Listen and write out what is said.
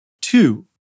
Two